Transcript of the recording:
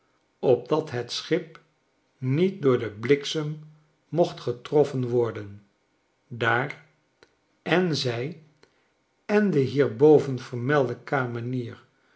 opdat het schip niet door den bliksem mocht getroffen worden daar en zij en dehierboven vermelde kamenier